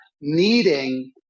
needing